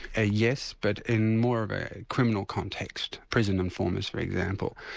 ah yes, but in more of a criminal context. prison informers, for example.